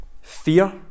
fear